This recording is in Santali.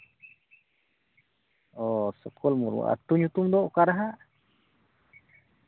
ᱚᱻ ᱥᱩᱠᱚᱞ ᱢᱩᱨᱢᱩ ᱟᱹᱛᱩ ᱲᱩᱛᱩᱢ ᱫᱚ ᱚᱠᱟ ᱨᱮ ᱦᱟᱸᱜ